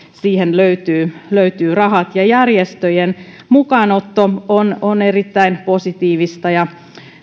siihen löytyvät rahat järjestöjen mukaanotto on on erittäin positiivista ja